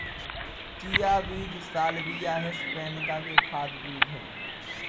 chia बीज Salvia hispanica के खाद्य बीज हैं